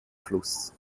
fluss